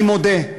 אני מודה,